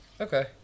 okay